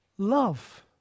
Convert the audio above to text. love